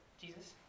Jesus